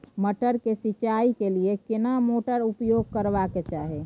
मटर के सिंचाई के लिये केना मोटर उपयोग करबा के चाही?